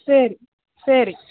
சரி சரி